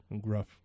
gruff